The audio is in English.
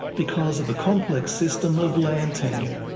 because of a complex system of land tenure.